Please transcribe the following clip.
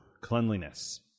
cleanliness